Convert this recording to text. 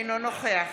אינו נוכח